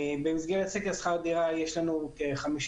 במסגרת סקר שכר דירה יש לנו כ-15,000